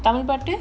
tamil party